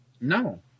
No